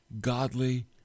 godly